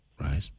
Right